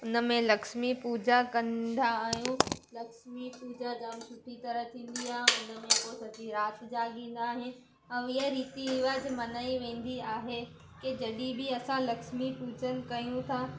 उन में लक्ष्मी पूॼा कंदा आहियूं लक्ष्मी पूॼा जाम सुठी तरह थींदी आहे उन में उहो सॼी राति जाॻींदा आहिनि ऐं इहा रीती रिवाज़ मल्हाए वेंदी आहे की जॾहिं बि असां लक्ष्मी पूॼनि कयूं था